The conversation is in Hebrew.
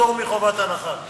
פטור מחובת הנחה?